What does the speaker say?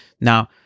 now